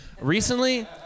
recently